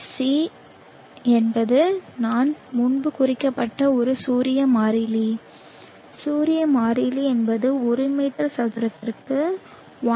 C என்பது நான் முன்பு குறிப்பிட்ட ஒரு சூரிய மாறிலி சூரிய மாறிலி என்பது ஒரு மீட்டர் சதுரத்திற்கு 1